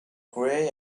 grey